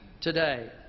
today